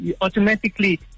Automatically